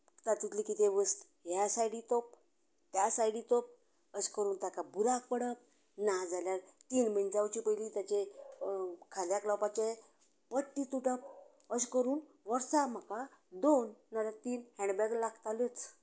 तातूंतली कितें वस्त ह्या सायडीन तोप त्या सायडीन तोप अशें करून तेका बुरांक पडप नाजाल्यार तीन म्हयने जावंचे पयली ताचे खांद्यांक लावपाचे पट्टी तुटप अशें करून वर्साक म्हाका दोन नाल्यार तीन हेन्ड बेगां लागताल्योच